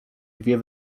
dwie